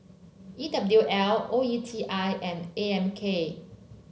E W L O E T I and A M K